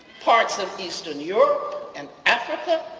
parts of eastern europe and africa,